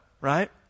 right